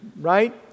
Right